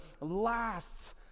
lasts